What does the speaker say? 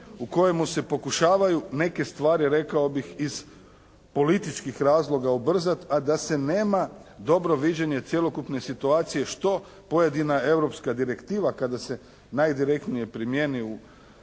u kojemu se pokušavaju neke stvari rekao bih iz političkih razloga ubrzat, a da se nema dobro viđenje cjelokupne situacije što pojedina europska direktiva kada se najdirektnije primjeni u